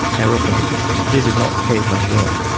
aeroplanes, this is not the caveman world.